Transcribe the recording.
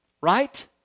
right